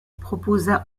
proposa